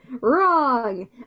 wrong